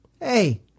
hey